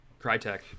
Crytek